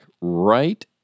right